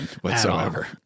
whatsoever